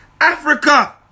Africa